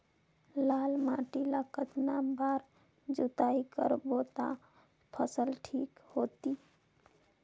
लाल माटी ला कतना बार जुताई करबो ता फसल ठीक होती?